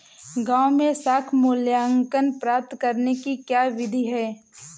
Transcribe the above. गाँवों में साख मूल्यांकन प्राप्त करने की क्या विधि है?